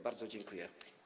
Bardzo dziękuję.